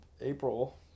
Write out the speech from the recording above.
April